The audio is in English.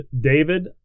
David